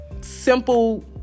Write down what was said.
simple